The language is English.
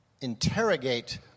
interrogate